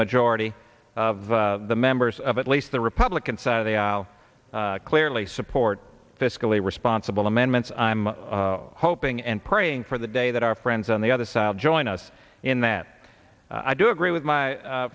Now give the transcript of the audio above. majority of the members of at least the republican side of the aisle clearly support fiscally responsible amendments i'm hoping and praying for the day that our friends on the other side join us in that i do agree with my